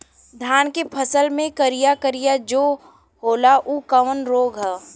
धान के फसल मे करिया करिया जो होला ऊ कवन रोग ह?